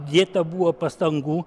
dėta buvo pastangų